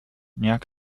nyack